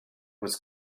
was